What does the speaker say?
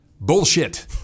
Bullshit